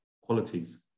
qualities